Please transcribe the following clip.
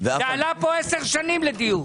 זה עלה פה עשר שנים לדיון.